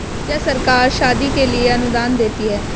क्या सरकार शादी के लिए अनुदान देती है?